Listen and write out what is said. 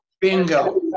Bingo